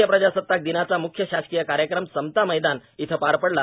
भारतीय प्रजासताक दिनाचा म्ख्य शासकीय कार्यक्रम समता मैदान येथे पार पडला